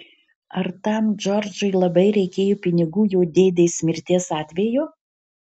ar tam džordžui labai reikėjo pinigų jo dėdės mirties atveju